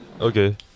Okay